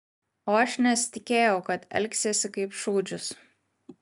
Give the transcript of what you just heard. o aš nesitikėjau kad elgsiesi kaip šūdžius